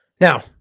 Now